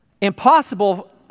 Impossible